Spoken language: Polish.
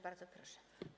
Bardzo proszę.